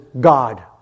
God